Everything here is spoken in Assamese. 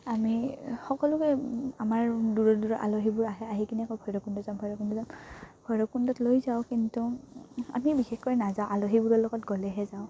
আমি সকলোকে আমাৰ দূৰৰ দূৰৰ আলহীবোৰ আহে আহি কিনে আকৌ ভৈৰৱকুণ্ড যাম ভৈৰৱকুণ্ড যাম ভৈৰৱকুণ্ডত লৈ যাওঁ কিন্তু আমি বিশেষকৈ নাযাওঁ আলহীবোৰৰ লগত গ'লেহে যাওঁ